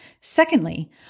Secondly